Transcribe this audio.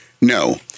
No